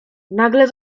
nagle